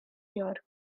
york